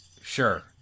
Sure